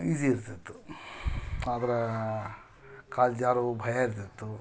easy ಇರುತ್ತಿತ್ತು ಆದ್ರೆ ಕಾಲು ಜಾರೊ ಭಯ ಇರುತ್ತಿತ್ತು